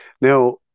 Now